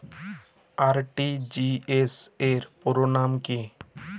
RTGS র পুরো নাম কি?